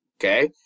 okay